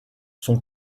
son